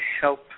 help